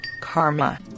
karma